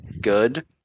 good